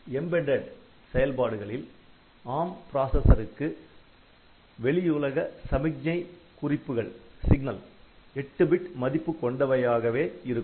embedded பயன்பாடுகளில் ARM ப்ராசசருக்கு வெளியுலக சமிக்ஞை குறிப்புகள் 8 பிட் மதிப்பு கொண்டவையாகவே இருக்கும்